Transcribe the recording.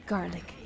Garlic